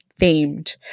themed